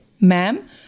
ma'am